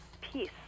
peace